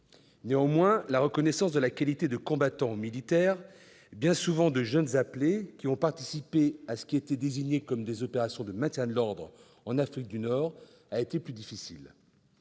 Néanmoins, la reconnaissance de la qualité de combattant aux militaires, bien souvent de jeunes appelés, qui ont participé à ce qui était désigné comme des « opérations de maintien de l'ordre en Afrique du Nord », a été plus difficile.